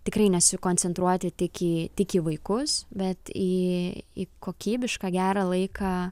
tikrai nesikoncentruoti tik į tik į vaikus bet į į kokybišką gerą laiką